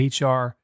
HR